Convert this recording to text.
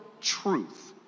truth